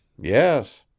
yes